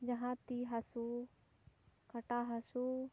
ᱡᱟᱦᱟᱸ ᱛᱤ ᱦᱟᱹᱥᱩ ᱠᱟᱴᱟ ᱦᱟᱹᱥᱩ